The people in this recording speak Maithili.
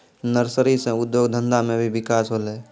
नर्सरी से उद्योग धंधा मे भी बिकास होलै